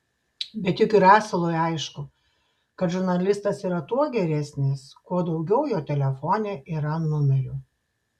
bet juk ir asilui aišku kad žurnalistas yra tuo geresnis kuo daugiau jo telefone yra numerių